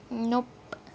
nop